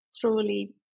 truly